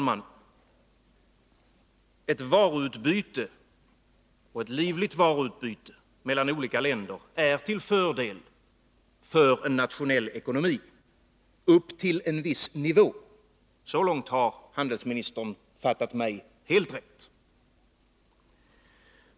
Herr talman! Ett livligt varuutbyte mellan olika länder är till fördel för en nationell ekonomi, upp till en viss nivå — så långt har handelsministern fattat mig helt rätt.